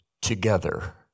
together